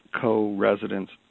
co-residents